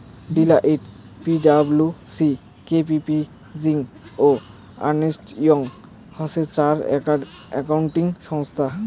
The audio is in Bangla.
Deloitte, P W C, K P M G ও আর্নেস্ট ইয়ং হসে চার একাউন্টিং সংস্থা